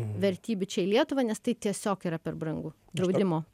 vertybių čia į lietuvą nes tai tiesiog yra per brangu draudimo